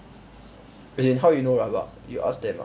as in how you know rabak you ask them ah